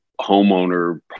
homeowner